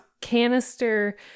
canister